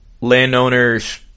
landowners